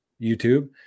YouTube